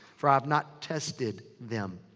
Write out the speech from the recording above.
for i have not tested them.